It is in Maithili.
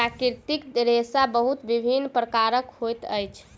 प्राकृतिक रेशा बहुत विभिन्न प्रकारक होइत अछि